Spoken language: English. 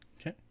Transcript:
Okay